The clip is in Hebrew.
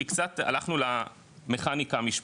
כי קצת הלכנו למכניקה המשפטית,